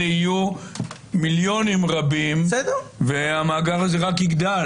אלה יהיו מיליונים רבים והמאגר הזה רק יגדל.